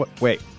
Wait